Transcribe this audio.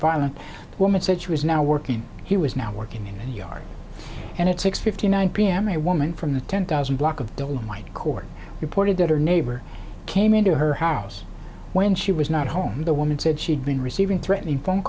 violent woman said she was now working he was now working in the yard and it's six fifty nine pm a woman from the ten thousand block of dolomite court reported that her neighbor came into her house when she was not home the woman said she'd been receiving threatening phone